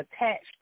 attached